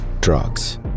drugs